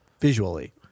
visually